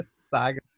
Saga